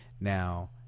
Now